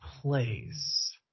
place